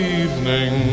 evening